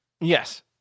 Yes